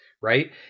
right